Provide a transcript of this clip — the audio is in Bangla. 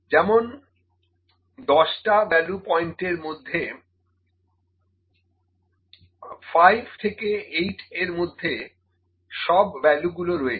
যেমন 10 টা ভ্যালু পয়েন্টের মধ্যে 5 থকে 8 এর মধ্যে সব ভ্যালু গুলো রয়েছে